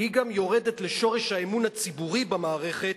כי היא גם יורדת לשורש האמון הציבורי במערכת,